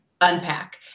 unpack